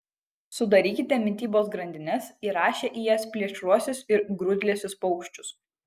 sudarykite mitybos grandines įrašę į jas plėšriuosius ir grūdlesius paukščius